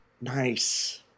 nice